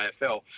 AFL